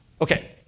Okay